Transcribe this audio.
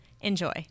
Enjoy